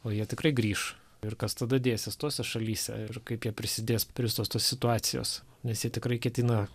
o jie tikrai grįš ir kas tada dėsis tose šalyse ir kaip jie prisidės prie visos tos situacijos nes jie tikrai ketina